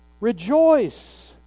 Rejoice